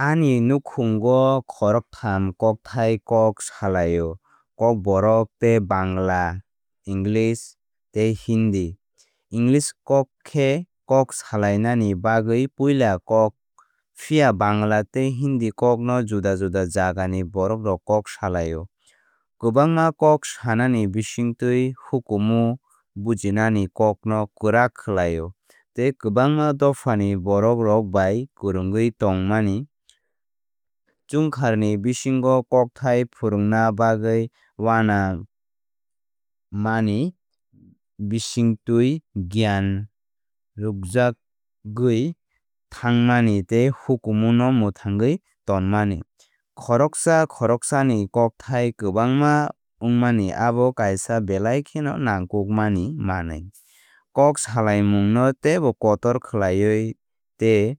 Ani nukhungo khoroktham kokthai kok salaio kokborok tei bangla tei english tei hindi. English kok khe kok salainani bagwi puila kok phiya bangla tei hindi kok no juda juda jaga ni borok rok kok salaio. Kwbangma kok sanani bisingtwi hukumu bujinani kokno kwrak khlaio tei kwbangma dophani borokrok bai kwrwngwi tongmani. Chungkharni bisingo kokthai phwrwngna bagwi uanamani bisingtwi gyan rwkjakwngwi thangmani tei hukumu no mwthangwi tonmani. Khoroksa khoroksani kokthai kwbangma wngmani abo kaisa belai kheno nangkukmani manwi. Kok salaimungno teibo kotor khlaiwi tei